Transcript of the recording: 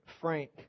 frank